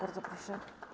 Bardzo proszę.